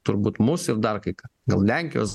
turbūt mus ir dar kai ką gal lenkijos